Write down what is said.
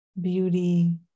beauty